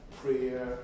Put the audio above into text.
prayer